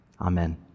amen